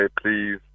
please